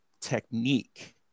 technique